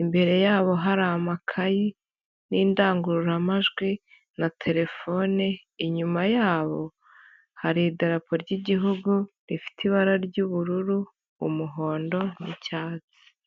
imbere yabo hari amakayi n'indangururamajwi na terefone, inyuma yabo hari idarapo ry'igihugu rifite ibara ry'ubururu, umuhondo n'icyatsi.